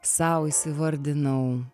sau įsivardinau